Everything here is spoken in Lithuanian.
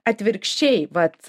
atvirkščiai vat